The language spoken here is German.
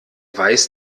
weiß